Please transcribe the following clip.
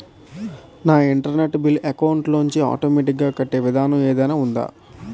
నా internet bill account లోంచి automatic గా కట్టే విధానం ఏదైనా ఉందా?